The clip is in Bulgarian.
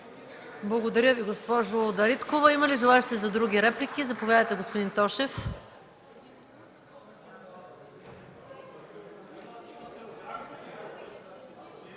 Благодаря Ви, госпожо Дариткова. Има ли желаещи за други реплики? Заповядайте, господин Тошев.